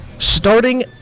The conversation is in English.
starting